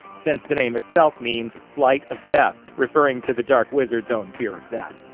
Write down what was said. since the name itself means flight of death, referring to the dark wizard's own fear of death.